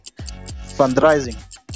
fundraising